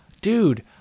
Dude